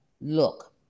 look